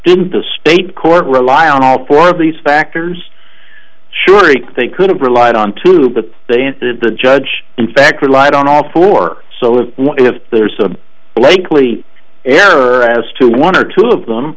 didn't try the state court rely on all four of these factors surely they could have relied on two but they answered the judge in fact relied on all four so if what if there's a likely error as to one or two of them